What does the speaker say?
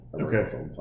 okay